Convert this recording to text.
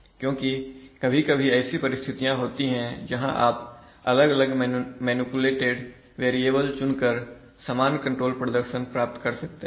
क्योंकि कभी कभी ऐसी परिस्थितियां होती हैं जहां आप अलग अलग मैनिपुलेटेड वेरिएबल चुनकर समान कंट्रोल प्रदर्शन प्राप्त कर सकते हैं